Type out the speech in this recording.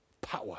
power